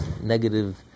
negative